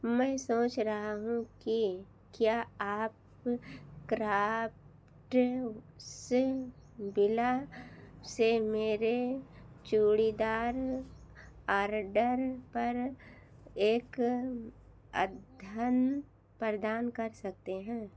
मैं सोच रहा हूँ कि क्या आप क्राफ्ट्सविला से मेरे चूड़ीदार आरडर पर एक अद्यतन प्रदान कर सकते हैं